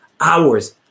Hours